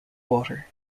water